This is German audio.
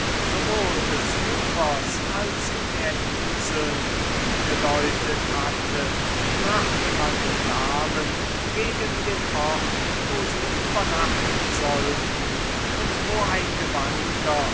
sowohl des ufers als der inseln hingedeutet hatte brachte man die damen gegen den ort wo sie übernachten sollten und wo ein gewandter